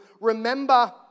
remember